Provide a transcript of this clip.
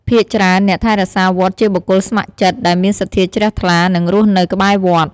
ភាគច្រើន អ្នកថែរក្សាវត្តជាបុគ្គលស្ម័គ្រចិត្ត ដែលមានសទ្ធាជ្រះថ្លា និងរស់នៅក្បែរវត្ត។